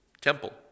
temple